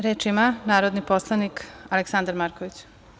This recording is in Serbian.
Reč ima narodni poslanik Aleksandar Marković.